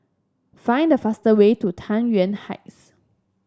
find the fastest way to Tai Yuan Heights